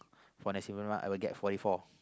for nasi-lemak I will get forty four